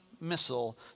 missile